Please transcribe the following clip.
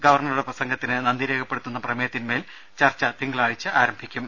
ഗവർണറുടെ പ്രസംഗത്തിന് നന്ദി രേഖപ്പെടുത്തുന്ന പ്രമേയത്തിൻ മേൽ ചർച്ച തിങ്കളാഴ്ച ആരംഭിക്കും